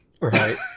right